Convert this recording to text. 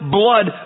blood